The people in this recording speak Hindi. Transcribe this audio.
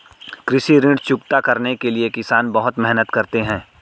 कृषि ऋण चुकता करने के लिए किसान बहुत मेहनत करते हैं